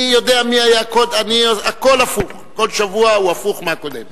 אני יודע, כל שבוע הוא הפוך מהקודם.